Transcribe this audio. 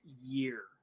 year